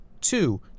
two